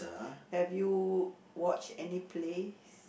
have you watched any play